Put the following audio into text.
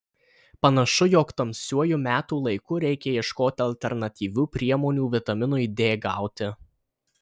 panašu jog tamsiuoju metų laiku reikia ieškoti alternatyvių priemonių vitaminui d gauti